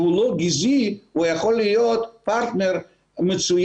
לא גזעי הוא יכול להיות פרטנר מצוין